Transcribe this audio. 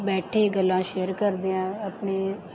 ਬੈਠੇ ਗੱਲਾਂ ਸ਼ੇਅਰ ਕਰਦੇ ਹਾਂ ਆਪਣੇ